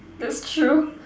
that's true